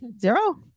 Zero